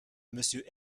monsieur